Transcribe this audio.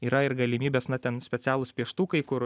yra ir galimybės na ten specialūs pieštukai kur